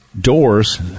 Doors